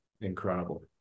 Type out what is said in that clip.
Incredible